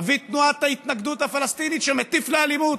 אבי תנועת ההתנגדות הפלסטינית, שמטיף לאלימות,